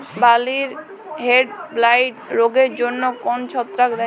বার্লির হেডব্লাইট রোগের জন্য কোন ছত্রাক দায়ী?